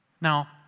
Now